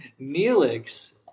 Neelix